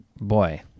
boy